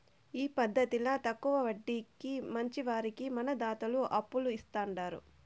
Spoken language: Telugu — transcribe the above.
ఈ పద్దతిల తక్కవ వడ్డీకి మంచివారికి మన దాతలు అప్పులు ఇస్తాండారు